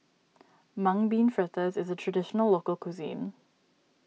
Mung Bean Fritters is a Traditional Local Cuisine